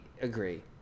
agree